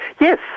Yes